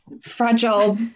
fragile